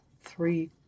three